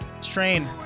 Strain